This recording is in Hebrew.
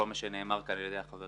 כל מה שנאמר כאן על ידי החברים